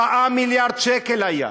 4 מיליארד שקל הוא היה.